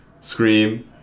scream